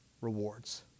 rewards